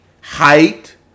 height